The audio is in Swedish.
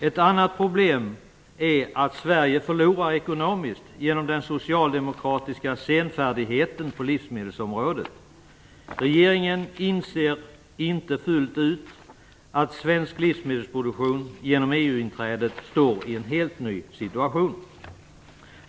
Ett annat problem är att Sverige förlorar ekonomiskt genom den socialdemokratiska senfärdigheten på livsmedelsområdet. Regeringen inser inte fullt ut att svensk livsmedelsproduktion genom EU-inträdet står i en helt ny situation.